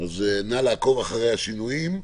אז נא לעקוב אחרי השינויים,